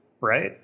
right